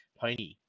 Pony